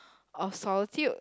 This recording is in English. or solitude